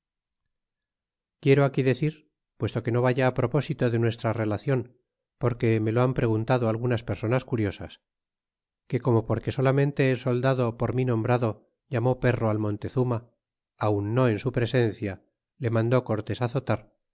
quiero aquí decir puesto que no vaya propósito de nuestra relacion porque me lo han preguntado algunas personas curiosas que como porque solamente el soldado por mi nombrado llamó perro al montezuma aun no en su presencia te mandó cortés azotar